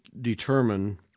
determine